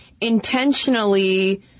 intentionally